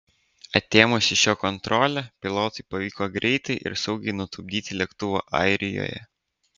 atėmus iš jo kontrolę pilotui pavyko greitai ir saugiai nutupdyti lėktuvą airijoje